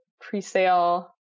pre-sale